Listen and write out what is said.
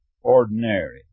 ordinary